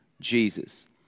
Jesus